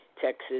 Texas